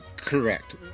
Correct